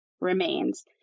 remains